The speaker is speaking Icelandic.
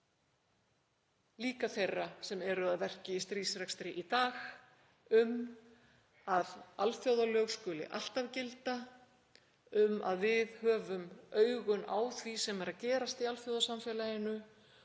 líka þeirra sem eru að verki í stríðsrekstri í dag, um að alþjóðalög skuli alltaf gilda, um að við höfum augun á því sem er að gerast í alþjóðasamfélaginu